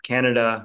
Canada